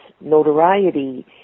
notoriety